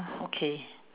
okay